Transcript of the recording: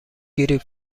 گریپ